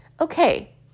Okay